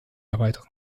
erweitern